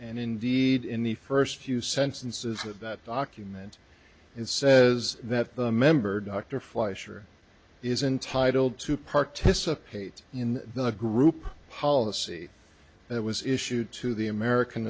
and indeed in the first few sentences that document it says that the member dr fleischer is entitled to participate in the group policy that was issued to the american